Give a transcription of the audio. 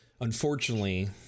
Unfortunately